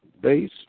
base